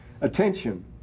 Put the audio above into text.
attention